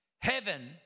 heaven